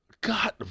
God